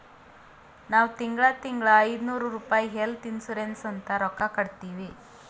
ನಾವ್ ತಿಂಗಳಾ ತಿಂಗಳಾ ಐಯ್ದನೂರ್ ರುಪಾಯಿ ಹೆಲ್ತ್ ಇನ್ಸೂರೆನ್ಸ್ ಅಂತ್ ರೊಕ್ಕಾ ಕಟ್ಟತ್ತಿವಿ